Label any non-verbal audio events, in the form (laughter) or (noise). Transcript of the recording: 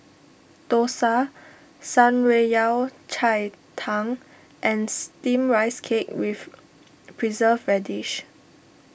Dosa Shan Rui Yao Cai Tang and Steamed Rice Cake with (noise) Preserved Radish